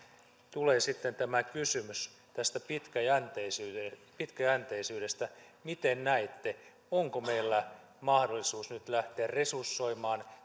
tulee sitten kysymys tästä pitkäjänteisyydestä pitkäjänteisyydestä miten näette onko meillä mahdollisuus nyt lähteä resursoimaan